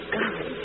God